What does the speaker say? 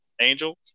Angel